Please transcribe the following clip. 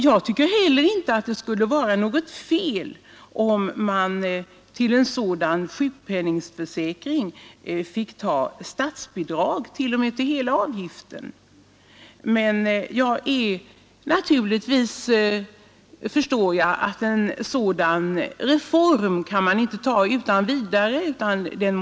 Jag tycker heller inte att det skulle vara något fel om man till en sådan här sjukpenningförsäkring fick statsbidrag t.o.m. till hela avgiften. Naturligtvis förstår jag att en reform av det här slaget inte kan genomföras utan vidare.